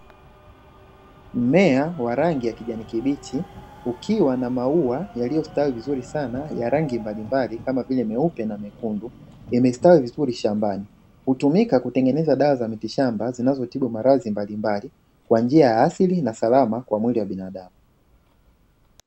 Mmea wa rangi ya kijani kibichi ukiwa na maua yaliyostawi vizuri sana ya rangi mbalimbali kama vile meupe na mekundu, yamestawi vizuri shambani. Hutumika kutengeneza dawa za mitishamba zinazotibu maradhi mbalimbali kwa njia ya asili na salama kwa mwili wa binadamu.